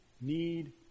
need